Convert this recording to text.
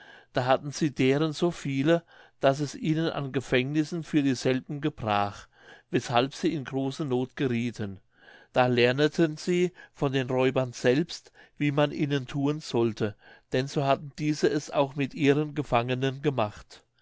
da hatten sie deren so viele daß es ihnen an gefängnissen für dieselben gebrach weshalb sie in große noth geriethen da lerneten sie von den räubern selbst wie man ihnen thun sollte denn so hatten diese es auch mit ihren gefangenen gemacht